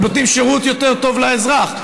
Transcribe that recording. הם נותנים שירות יותר טוב לאזרח.